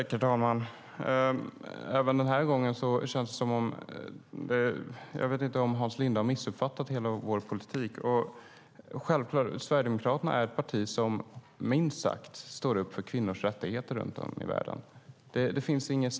Herr talman! Även den här gången känns det som om Hans Linde har missuppfattat hela vår politik. Sverigedemokraterna är ett parti som minst sagt står upp för kvinnors rättigheter runt om i världen.